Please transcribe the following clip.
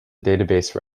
database